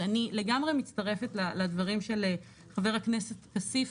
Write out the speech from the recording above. אני לגמרי מצטרפת לדברי חבר הכנסת כסיף,